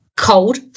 cold